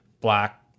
black